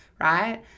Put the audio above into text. right